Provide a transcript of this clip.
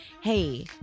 hey